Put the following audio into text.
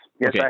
Yes